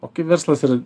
o kai verslas yra